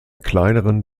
kleineren